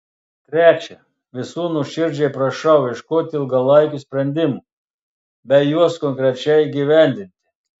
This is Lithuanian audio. trečia visų nuoširdžiai prašau ieškoti ilgalaikių sprendimų bei juos konkrečiai įgyvendinti